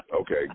okay